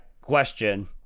Question